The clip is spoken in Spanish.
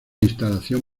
instalación